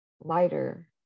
lighter